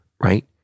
right